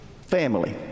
family